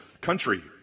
country